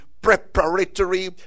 preparatory